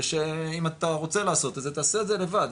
שאם אתה רוצה לעשות את זה תעשה את זה לבד,